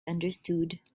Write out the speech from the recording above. understood